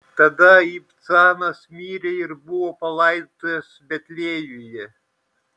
tada ibcanas mirė ir buvo palaidotas betliejuje